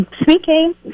Speaking